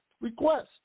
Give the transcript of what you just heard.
request